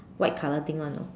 white color thing [one] you know